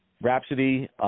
Rhapsody –